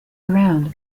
around